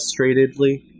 frustratedly